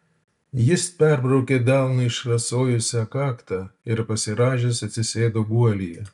jis perbraukė delnu išrasojusią kaktą ir pasirąžęs atsisėdo guolyje